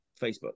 Facebook